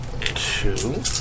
two